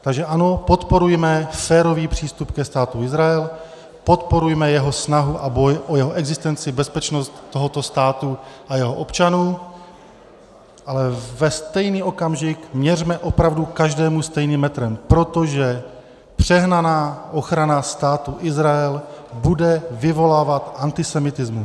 Takže ano, podporujme férový přístup ke Státu Izrael, podporujme jeho snahu a boj o jeho existenci, bezpečnost tohoto státu a jeho občanů, ale ve stejný okamžik měřme opravdu každému stejným metrem, protože přehnaná ochrana Státu Izrael bude vyvolávat antisemitismus.